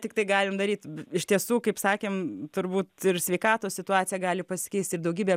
tiktai galim daryt iš tiesų kaip sakėm turbūt ir sveikatos situacija gali pasikeisti ir daugybė